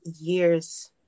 years